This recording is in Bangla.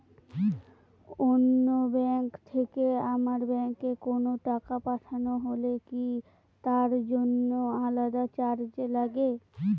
অন্য ব্যাংক থেকে আমার ব্যাংকে কোনো টাকা পাঠানো হলে কি তার জন্য আলাদা চার্জ লাগে?